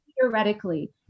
theoretically